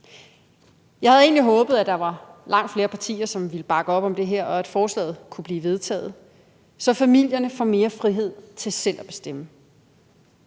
Jeg havde egentlig håbet, at der var langt flere partier, som ville bakke op om det her forslag, og at det kunne blive vedtaget, så familierne fik mere frihed til selv at bestemme.